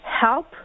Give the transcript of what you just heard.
help